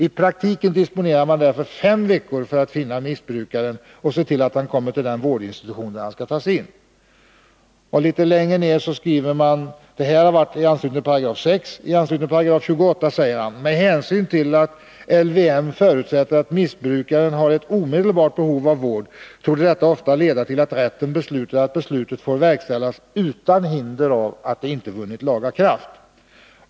I praktiken disponerar man därför fem veckor för att finna missbrukaren och se till att han kommer till den vårdinstitution där han skall tas in.” — Allt detta säger utskottet i anslutning till 6 §. ”Med hänsyn till att LVM förutsätter att missbrukaren har ett omedelbart behov av vård torde detta ofta leda till att rätten beslutar att beslutet får verkställas utan hinder av att det inte vunnit laga kraft.